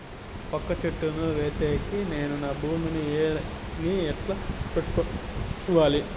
వక్క చెట్టును వేసేకి నేను నా భూమి ని ఎట్లా పెట్టుకోవాలి?